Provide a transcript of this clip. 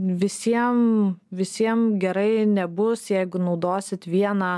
visiem visiem gerai nebus jeigu naudosit vieną